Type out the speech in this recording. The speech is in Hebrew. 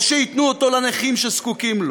או שייתנו אותו לנכים שזקוקים לו.